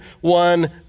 one